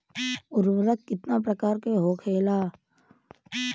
उर्वरक कितना प्रकार के होखेला?